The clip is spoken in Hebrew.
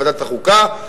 לוועדת החוקה,